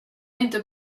inte